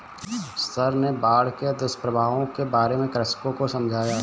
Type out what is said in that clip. sir ने बाढ़ के दुष्प्रभावों के बारे में कृषकों को समझाया